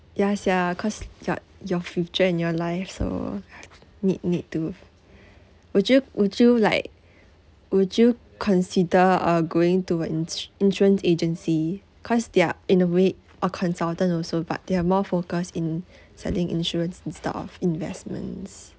ya sia cause got your future in your life so need need to would you would you like would you consider uh going to a ins~ insurance agency cause they're in a way a consultant also but they are more focused in selling insurance and instead of investments